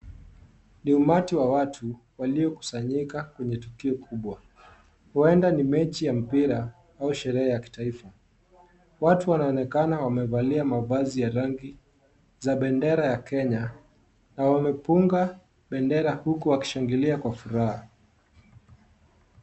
Ni umati wa watu waliokusanyika kwenye tukio kubwa, huenda ni mechi ya mpira au sherehe ya kitaifa, watu wanaonekana wamevalia mavazi ya rangi za bendera ya Kenya na wamepunga bendera huku wakishangilia kwa furaha.